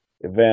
Event